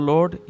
Lord